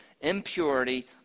impurity